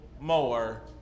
more